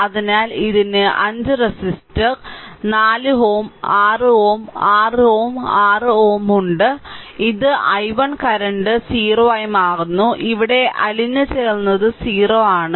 അതിനാൽ ഇതിന് 5 റെസിസ്റ്റർ 4 Ω 6 Ω 6 Ω 6Ω ഉണ്ട് ഈ i1 കറന്റ് 0 ആയി മാറുന്നു ഇവിടെ അലിഞ്ഞുചേർന്നത് 0 ആണ്